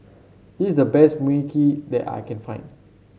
this is the best Mui Kee that I can find